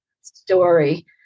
story